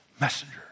messenger